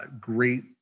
great